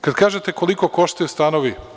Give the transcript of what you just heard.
Kada kažete, koliko koštaju stanovi?